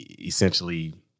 essentially